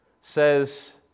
says